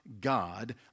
God